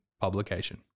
publication